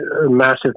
massive